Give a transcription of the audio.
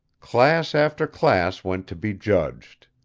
class after class went to be judged.